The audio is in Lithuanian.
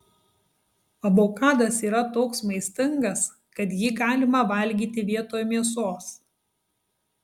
avokadas yra toks maistingas kad jį galima valgyti vietoj mėsos